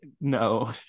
No